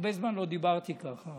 הרבה זמן לא דיברתי כך.